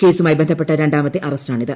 കേസുമായി ബന്ധപ്പെട്ട് രണ്ടാമത്തെ അറസ്റ്റാണിത്